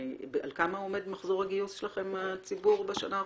על כמה עומד מחזור הגיוס שלכם מהציבור בשנה האחרונה?